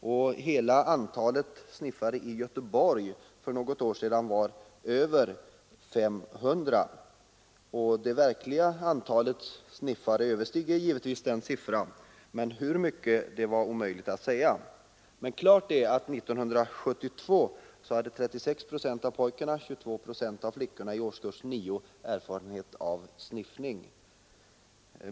Det redovisade antalet sniffare i Göteborg var för något år sedan över 500. Det verkliga antalet sniffare är naturligtvis större — hur mycket större är omöjligt att säga. Men klart är att år 1972 hade 36 procent av pojkarna och 22 procent av flickorna i årskurs nio erfarenhet av sniffning.